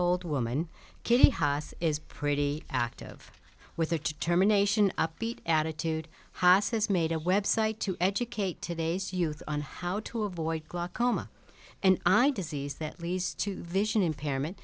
old woman katie haas is pretty active with her to determination upbeat attitude haas has made a website to educate today's youth on how to avoid glaucoma and i disease that leads to vision impairment